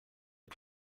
are